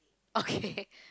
okay